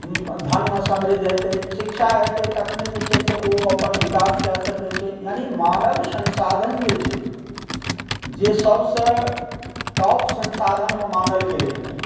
धनमे समृद्ध हेतै शिक्षा हेतै तखने जे छै से ओ अपन विकास कए सकै छै यानि मानव सन्साधन जे छै जे सबसँ टॉप सन्साधनमे मानल गेलै हँ